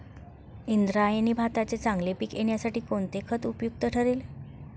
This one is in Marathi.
इंद्रायणी भाताचे चांगले पीक येण्यासाठी कोणते खत उपयुक्त ठरेल?